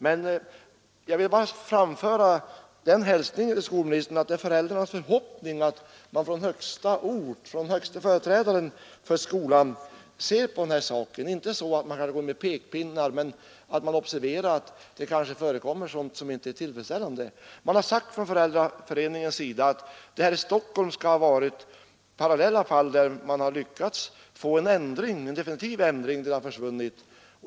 Men jag vill framföra den hälsningen till skolministern att det är föräldrarnas förhoppning att man från högsta ort, från den högste företrädaren för skolan, ser på den här saken. Jag menar inte att man skall gå med pekpinnar, men att man observerar att det kanske förekommer sådant som inte är tillfredsställande. Det har sagts från föräldraföreningen att det i Stockholm skall ha Nr 100 varit parallella fall där man lyckats få en definitiv ändring så att denna Fredagen den verksamhet har försvunnit.